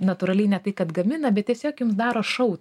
natūraliai ne tai kad gamina bet tiesiog jums daro šou